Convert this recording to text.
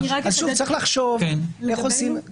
צריך לחשוב איך עושים את זה.